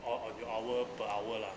or or your hour per hour lah